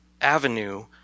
avenue